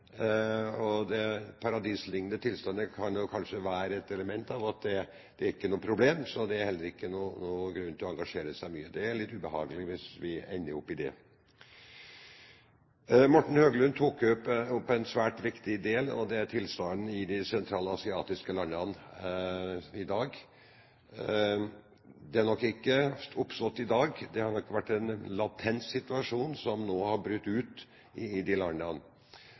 kan kanskje være et element her; det er ikke noe problem, så det er heller ikke noen grunn til å engasjere seg mye. Det er litt ubehagelig hvis vi ender opp med det. Morten Høglund tok opp en svært viktig sak, og det er tilstanden i de sentralasiatiske landene i dag. Den har nok ikke oppstått i dag – det har nok vært en latent situasjon som nå har brutt ut i disse landene.